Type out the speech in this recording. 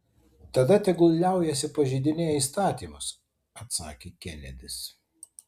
tada tegul liaujasi pažeidinėję įstatymus atsakė kenedis